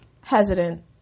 hesitant